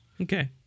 Okay